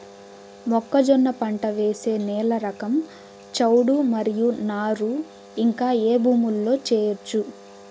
మొక్కజొన్న పంట వేసే నేల రకం చౌడు మరియు నారు ఇంకా ఏ భూముల్లో చేయొచ్చు?